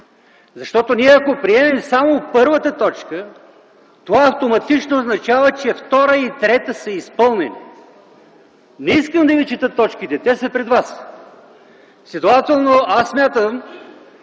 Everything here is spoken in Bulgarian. Ако ние приемем само първата точка, това автоматично означава, че втора и трета са изпълнени. Не искам да ви чета точките – те са пред вас. Следователно аз смятам,